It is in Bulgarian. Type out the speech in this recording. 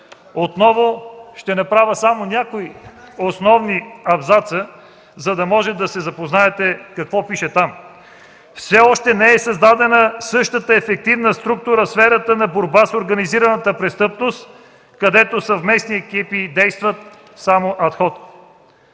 тройната коалиция, от месец юли 2009 г., за да може да се запознаете какво пише там: „Все още не е създадена същата ефективна структура в сферата на борбата с организираната престъпност, където съвместни екипи действат само ад хок.